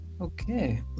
okay